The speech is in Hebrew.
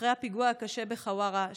אחרי הפיגוע הקשה בחווארה,